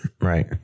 Right